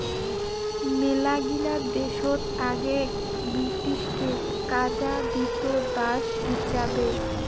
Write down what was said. মেলাগিলা দেশত আগেক ব্রিটিশকে কাজা দিত দাস হিচাবে